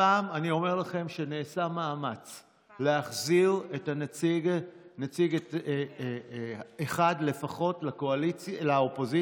הפעם אני אומר לכם שנעשה מאמץ להחזיר נציג אחד לפחות לאופוזיציה,